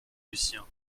lucien